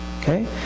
Okay